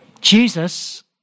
Jesus